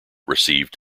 received